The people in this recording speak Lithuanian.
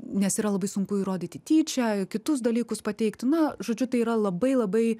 nes yra labai sunku įrodyti tyčia kitus dalykus pateikti na žodžiu tai yra labai labai